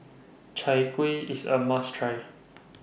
Chai Kuih IS A must Try